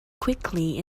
quickly